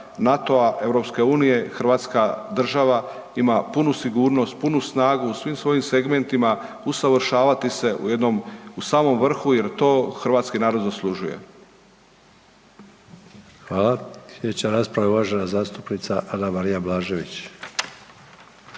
NATO-a, EU Hrvatska država ima punu sigurnost, punu snagu u svim svojim segmentima usavršavati se u jednom samom vrhu jer to hrvatski narod zaslužuje. **Sanader, Ante (HDZ)** Hvala. Sljedeća rasprava je uvažena zastupnica Anamarija Blažević.